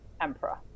emperor